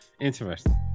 Interesting